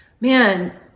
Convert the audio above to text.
man